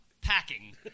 packing